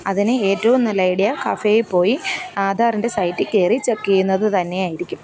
അതിന് ഏറ്റവും നല്ല ഐഡിയ കഫെയിൽ പോയി ആധാറിൻറ്റെ സൈറ്റിൽ കയറി ചെക്ക് ചെയ്യുന്നത് തന്നെയായിരിക്കും